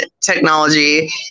technology